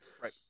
Right